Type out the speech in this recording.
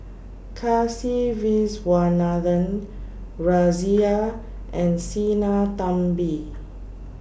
Kasiviswanathan Razia and Sinnathamby